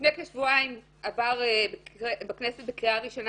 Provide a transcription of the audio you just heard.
לפני כשבועיים עברה בכנסת הקריאה ראשונה